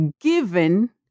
given